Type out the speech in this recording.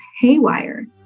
haywire